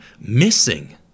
missing